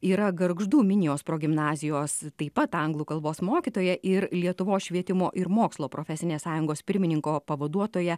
yra gargždų minijos progimnazijos taip pat anglų kalbos mokytoja ir lietuvos švietimo ir mokslo profesinės sąjungos pirmininko pavaduotoja